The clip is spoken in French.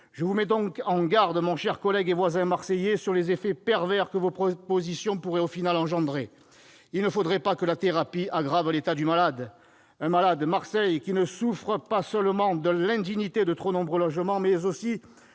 Je vous mets en garde, mon cher collègue et voisin marseillais, contre les effets pervers que la mise en oeuvre de vos propositions pourrait, en définitive, engendrer. Il ne faudrait pas que la thérapie aggrave l'état du malade. Un malade, Marseille, qui ne souffre pas seulement de l'indignité de trop nombreux logements, mais aussi